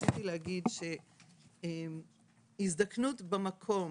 רציתי להגיד שהזקנות במקום,